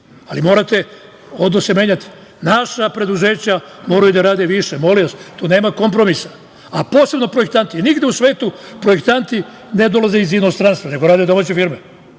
ali morate da se menjate. Naša preduzeća moraju da rade više, molim vas, tu nema kompromisa, a posebno projektanti. Nigde u svetu projektanti ne dolaze iz inostranstva, nego rade domaće firme.